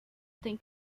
tem